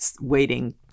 waiting